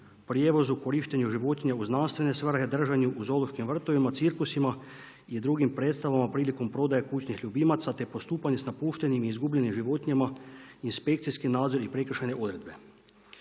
prijevozu, korištenju životinja u znanstvene svrhe, držanju u zoološkim vrtovima, cirkusima i drugim predstavama prilikom prodaje kućnih ljubimaca te postupanje sa napuštenim i izgubljenim životinjama, inspekcijski nadzori i prekršajne odredbe.